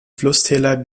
flusstäler